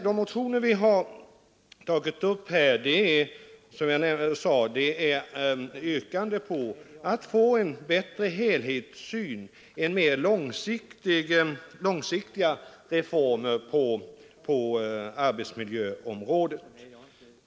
De motioner vi har väckt här innebär, som jag sade, yrkande på en bättre helhetssyn, mera långsiktiga reformer på arbetsmiljöområdet.